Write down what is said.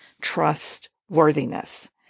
trustworthiness